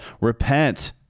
repent